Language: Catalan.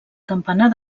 campanar